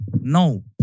No